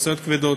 למשאיות כבדות.